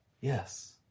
Yes